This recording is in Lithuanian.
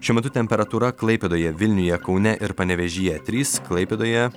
šiuo metu temperatūra klaipėdoje vilniuje kaune ir panevėžyje trys klaipėdoje